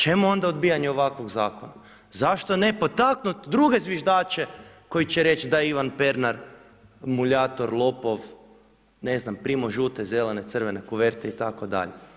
Čemu onda odbijanje ovakvog zakona? zašto ne potaknuti druge zviždače koji će reći da je Ivan Pernar muljator, lopov ,ne znam, primao žute, zelene, crvene kuverte itd.